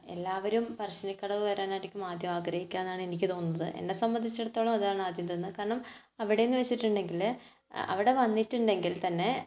എല്ലാവരും പരശ്ശിനിക്കടവ് വരാനായിരിക്കും ആദ്യം ആഗ്രഹിക്കുകയെന്നാണ് എനിക്ക് തോന്നുന്നത് എന്നെ സംബന്ധിച്ചിടത്തോളം അതാണ് ആദ്യം തോന്നുന്നത് കാരണം അവിടെ നിന്ന് വെച്ചിട്ടുണ്ടെങ്കിൽ അവിടെ വന്നിട്ടുണ്ടെങ്കിൽ തന്നെ